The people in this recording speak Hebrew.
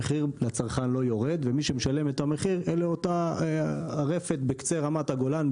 המחיר לצרכן לא יורד ומי שמשלם את המחיר זו אותה רפת בקצה רמת הגולן,